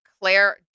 Claire